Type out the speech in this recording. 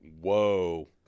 whoa